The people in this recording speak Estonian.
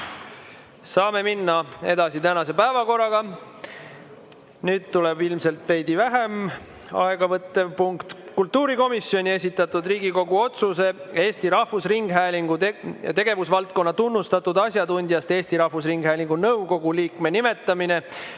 Saame minna tänase päevakorraga edasi. Nüüd tuleb ilmselt veidi vähem aega võttev punkt: kultuurikomisjoni esitatud Riigikogu otsuse "Eesti Rahvusringhäälingu tegevusvaldkonna tunnustatud asjatundjast Eesti Rahvusringhäälingu nõukogu liikme nimetamine"